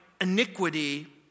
iniquity